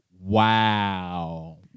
Wow